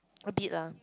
a bit lah